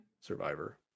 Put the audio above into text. survivor